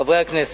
חברי הכנסת,